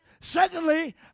Secondly